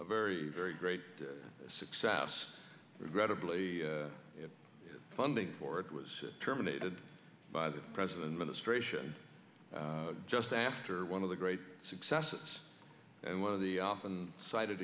very very great success regrettably funding for it was terminated by the president ministration just after one of the great successes and one of the often cited